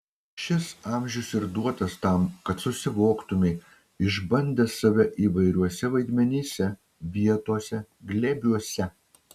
šis amžius ir duotas tam kad susivoktumei išbandęs save įvairiuose vaidmenyse vietose glėbiuose